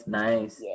nice